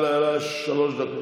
היו שלוש דקות.